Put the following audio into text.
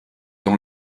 dans